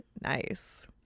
nice